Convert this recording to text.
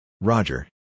Roger